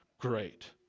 great